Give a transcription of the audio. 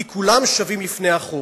כי כולם שווים לפני החוק.